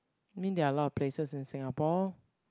mean there are a lot of places in Singapore